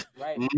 Right